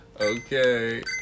Okay